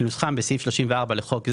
כנוסחם בסעיף 34 לחוק זה,